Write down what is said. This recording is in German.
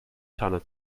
tanne